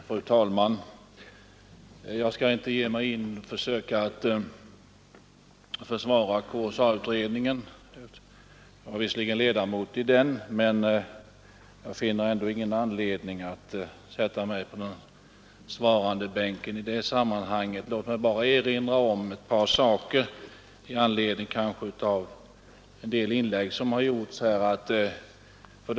Fru talman! Jag skall inte ge mig in på att försöka försvara KSA-utredningen. Visserligen var jag ledamot av denna, men jag finner ändå ingen anledning att i det här sammanhanget sätta mig på svarandebänken. Låt mig bara erinra om ett par saker i anledning av en del inlägg som gjorts här.